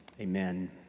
Amen